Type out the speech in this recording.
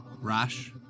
Rash